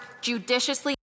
judiciously